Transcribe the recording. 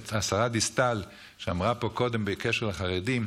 השרה דיסטל, שאמרה פה קודם בקשר לחרדים,